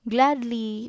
Gladly